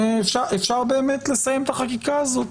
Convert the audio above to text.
אפשר באמת לסיים את החקיקה הזאת.